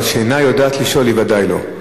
אבל "שאינה יודעת לשאול" היא ודאי לא.